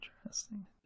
Interesting